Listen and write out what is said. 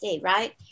right